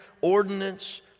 ordinance